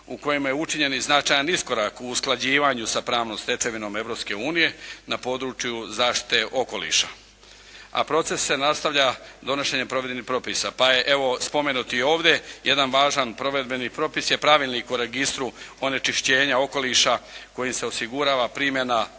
u kojemu je učinjen i značajan iskorak u usklađivanju sa pravnom s tečevinom Europske unije na području zaštite okoliša, a proces se nastavlja donošenjem provedbenih propisa pa je evo i spomenuti ovdje jedan važan provedbeni propis je Pravilnik o registru onečišćenja okoliša kojim se osigurava primjena